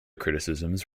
criticisms